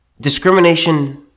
discrimination